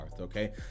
okay